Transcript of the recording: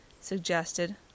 suggested